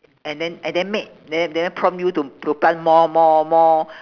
and then and then make then then prompt you to to plant more more more